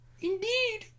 Indeed